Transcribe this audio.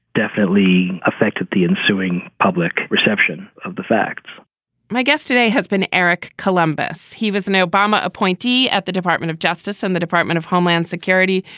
definitely affected the ensuing public perception of the facts my guest today has been eric columbus'. he was an obama appointee at the department of justice and the department of homeland security.